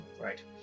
Right